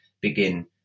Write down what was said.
begin